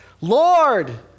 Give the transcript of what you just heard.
Lord